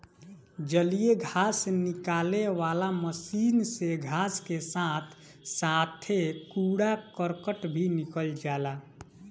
जलीय घास निकाले वाला मशीन से घास के साथे साथे कूड़ा करकट भी निकल जाला